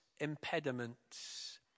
impediments